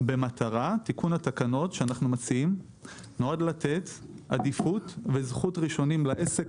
תיקון התקנות שאנחנו מציעים נועד לתת עדיפות וזכות ראשונים לעסק